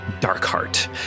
Darkheart